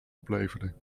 opleverde